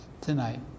tonight